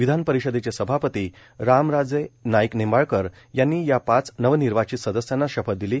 विधानपरिषदेचे सभापती रामराजे नाईक निंबाळकर यांनी या पाच नवनिर्वाचित सदस्यांना शपथ दिली